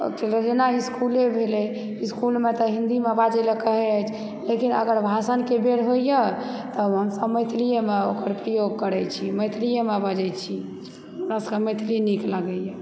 जेना इसकुले भेलै इसकुलमे तऽ हिन्दीमे बाजै ला कहै अछि लेकिन अगर भाषणके बेर होइए तऽ हम मैथलिएमे ओकर प्रयोग करै छी मैथलिएमे बजै छी हमरा सबकेँ मैथिली नीक लगैए